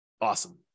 Awesome